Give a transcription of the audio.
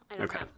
Okay